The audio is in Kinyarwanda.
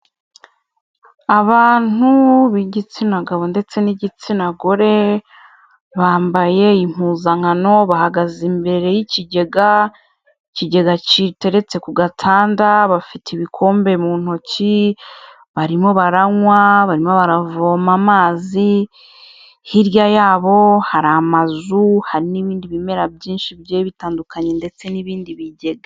Abantu b'igitsina gabo ndetse n'igitsina gore, bambaye impuzankano bahagaze imbere y'ikigega, ikigega giteretse ku gatanda bafite ibikombe mu ntoki barimo baranywa, barimo baravoma amazi hirya yabo hari amazu, hari n'ibindi bimera byinshi bigiye bitandukanye ndetse n'ibindi bigega.